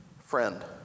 friend